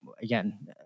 again